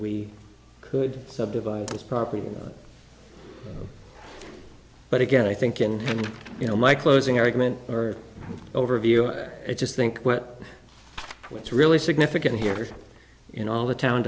we could subdivide this property but again i think in you know my closing argument or overview i just think what what's really significant here in all the town